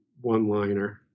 one-liner